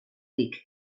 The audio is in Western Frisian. dyk